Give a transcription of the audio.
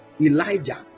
Elijah